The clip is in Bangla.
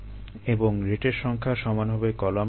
এবং রেটের সংখ্যা সমান হবে কলাম সংখ্যার